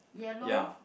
ya